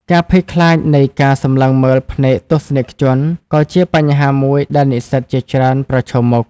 ការភ័យខ្លាចនៃការសម្លឹងមើលភ្នែកទស្សនិកជនក៏ជាបញ្ហាមួយដែលនិស្សិតជាច្រើនប្រឈមមុខ។